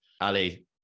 Ali